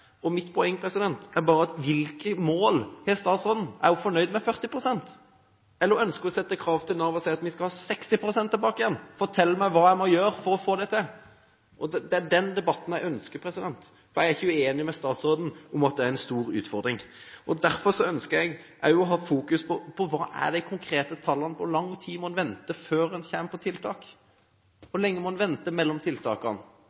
Mitt poeng er bare: Hvilke mål har statsråden? Er hun fornøyd med 40 pst., eller ønsker hun å sette krav til Nav og si at vi skal ha 60 pst. tilbake igjen? Fortell meg hva jeg må gjøre for å få det til. Det er den debatten jeg ønsker, for jeg er ikke uenig med statsråden i at dette er en stor utfordring. Derfor ønsker jeg også å fokusere på: Hva er de konkrete tallene? Hvor lang tid må en vente før en kommer på tiltak? Hvor lenge må en vente mellom tiltakene?